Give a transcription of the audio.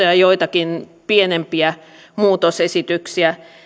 ja joitakin pienempiä muutosesityksiä